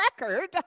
record